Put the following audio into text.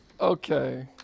Okay